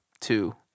two